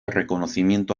reconocimiento